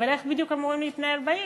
אבל איך בדיוק אמורים להתנהל בעיר,